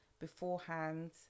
beforehand